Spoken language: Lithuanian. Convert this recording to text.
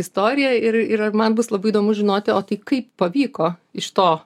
istoriją ir ir man bus labai įdomu žinoti o tai kaip pavyko iš to